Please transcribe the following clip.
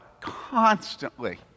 constantly